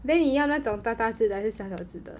then 你要那种大大只的还是小小只的